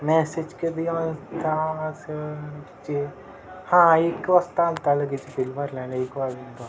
message किती वाजता असे हां एक वाजता आला होता लगेच बिल भरल्यानं एक वाजता